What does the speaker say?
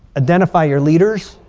identify your leaders.